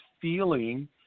feeling